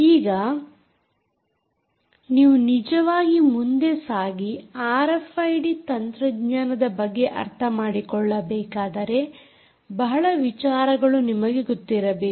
ಈಗ ನೀವು ನಿಜವಾಗಿ ಮುಂದೆ ಸಾಗಿ ಆರ್ಎಫ್ಐಡಿ ತಂತ್ರಜ್ಞಾನದ ಬಗ್ಗೆ ಅರ್ಥ ಮಾಡಿಕೊಳ್ಳಬೇಕಾದರೆ ಬಹಳ ಬಹಳ ವಿಚಾರಗಳು ನಿಮಗೆ ಗೊತ್ತಿರಬೇಕು